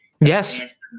Yes